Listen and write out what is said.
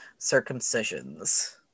circumcisions